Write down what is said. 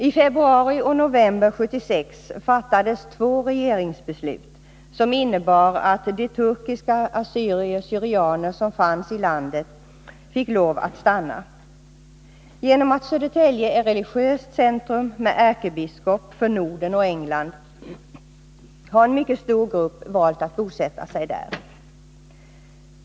I februari och november 1976 fattades två regeringsbeslut, som innebar att de turkiska assyrier och syrianer som fanns i landet fick lov att stanna. På grund av att Södertälje är religiöst centrum med ärkebiskop för Norden och England har en mycket stor grupp valt att bosätta sig där.